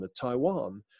Taiwan